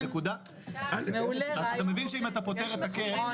אתה מבין שאם אתה פותר את הקאפ,